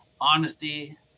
honesty